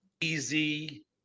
Easy